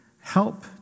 help